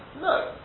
No